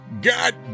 God